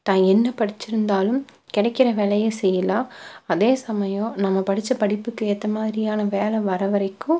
தான் என்ன படிச்சுருந்தாலும் கிடைக்கிற வேலையை செய்யலாம் அதே சமயம் நம்ம படிச்ச படிப்புக்கு ஏற்ற மாதிரியான வேலை வர வரைக்கும்